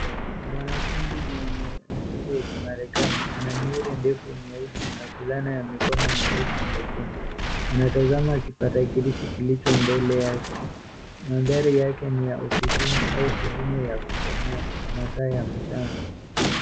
Mwanafunzi mwenye asili ya kimarekani, ana nywele ndefu nyeusi na fulana ya mikono mirefu nyekundu. Anatazama kipatakilishi kilicho mbele yake, mandhari yake ni ya ofisini au sehemu ya kusomea, masaa ya mchana.